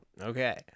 Okay